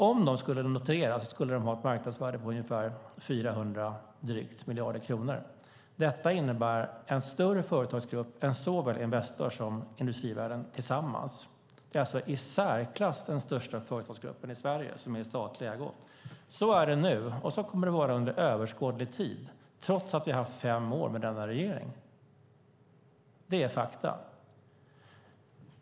Om dessa skulle noteras skulle de ha ett marknadsvärde på drygt 400 miljarder kronor. Detta innebär en större företagsgrupp än såväl Investor som industrivärlden tillsammans. Det är alltså den i särklass största företagsgruppen i Sverige som är i statlig ägo. Så är det nu, och så kommer det att vara under överskådlig tid - trots att vi har haft fem år med denna regering. Det är fakta.